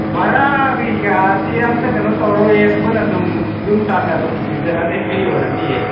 ꯚꯔꯥ ꯀꯩꯀꯥꯗꯤ ꯑꯝꯇ ꯀꯩꯅꯣ ꯀꯩꯅꯣ ꯇꯧꯔꯔꯣꯏꯌꯦ ꯑꯩꯈꯣꯏꯅ ꯑꯗꯨꯝ ꯌꯨꯝ ꯇꯥꯟꯅ ꯑꯗꯨꯝ ꯊꯤꯟꯖꯔꯅꯤ ꯐ꯭ꯔꯤ ꯑꯣꯏꯔꯅꯤꯌꯦ